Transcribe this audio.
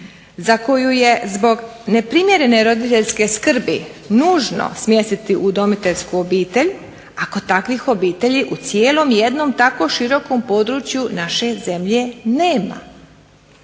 za koju je zbog neprimjerene roditeljske skrbi nužno smjestiti u udomiteljsku obitelj ako takvih obitelji u cijelom jednom takvom širokom području naše zemlje nema.